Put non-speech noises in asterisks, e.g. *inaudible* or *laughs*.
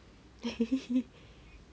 *laughs*